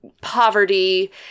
poverty